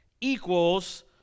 equals